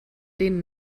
den